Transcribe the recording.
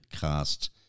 cast